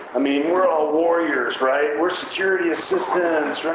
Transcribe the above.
i mean, we're all warriors, right? we're security assistants, right?